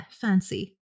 fancy